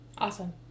Awesome